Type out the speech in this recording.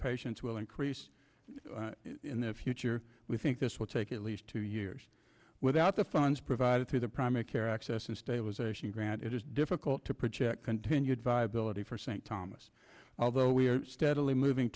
patients will increase in the future we think this will take at least two years without the funds provided through the primary care access and stabilization grant it is difficult to project continued viability for st thomas although we are steadily moving